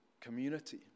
community